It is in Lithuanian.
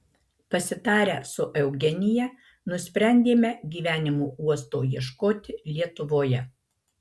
pasitarę su eugenija nusprendėme gyvenimo uosto ieškoti lietuvoje